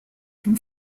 can